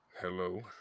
hello